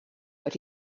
but